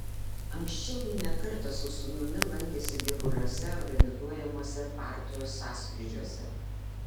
anksčiau ji ne kartą su sūnumi lankėsi giruliuose organizuojamuose partijos sąskrydžiuose